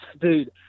dude